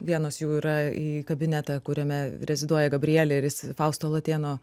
vienos jų yra į kabinetą kuriame reziduoja gabrielė ir jis fausto latėno